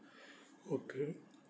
okay